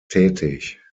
tätig